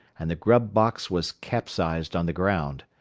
and the grub-box was capsized on the ground.